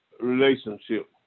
relationship